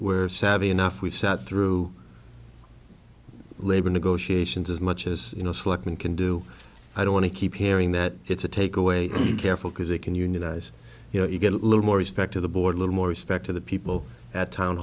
were savvy enough we've sat through labor negotiations as much as you know selectman can do i don't want to keep hearing that it's a take away careful because they can unionize you know you get a little more respect to the board a little more respect to the people at town